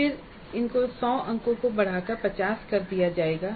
फिर इन 100 अंकों को बढ़ाकर 50 कर दिया जाएगा